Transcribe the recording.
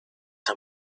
han